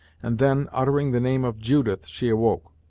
and then, uttering the name of judith she awoke.